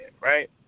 right